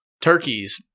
turkeys